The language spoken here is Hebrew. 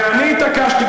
ואני התעקשתי,